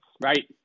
Right